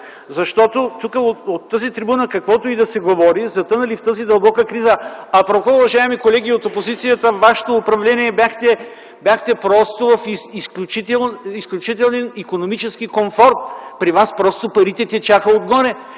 Защото тук, от тази трибуна, каквото и да се говори сме затънали в тази дълбока криза. Апропо, уважаеми колеги от опозицията, при вашето управление бяхте просто в изключителен икономически комфорт. При вас парите просто течаха отгоре.